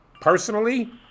personally